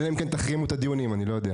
אלא אם כן תחרימו את הדיונים, אני לא יודע.